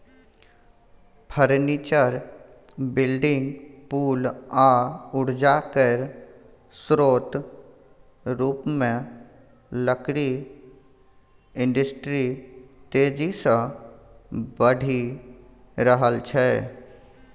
furniture, building, पुल आ उर्जा केर स्रोत रुपमे लकड़ी इंडस्ट्री तेजी सँ बढ़ि रहल छै